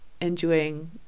enjoying